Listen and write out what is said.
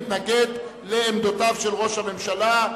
מתנגד לעמדותיו של ראש הממשלה.